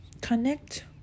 connect